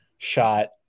Shot